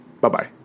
Bye-bye